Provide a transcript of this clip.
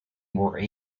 were